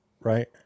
right